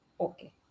Okay